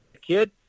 kid